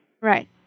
Right